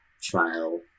trial